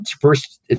first